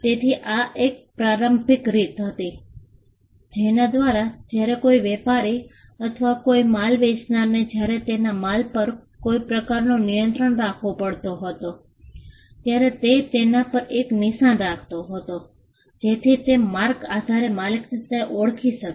તેથી આ એક પ્રારંભિક રીત હતી જેના દ્વારા જ્યારે કોઈ વેપારી અથવા કોઈ માલ વેચનારને જ્યારે તેના માલ પર કોઈ પ્રકારનો નિયંત્રણ રાખવો પડતો હતો ત્યારે તે તેના પર એક નિશાન રાખતો હતો જેથી તે માર્કના આધારે માલિક તેને ઓળખી શકે